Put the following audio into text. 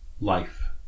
life